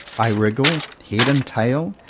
i wriggle, head and tail,